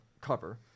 cover